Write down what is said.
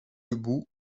debout